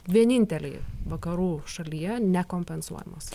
vieninteliai vakarų šalyje nekompensuojamos